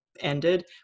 ended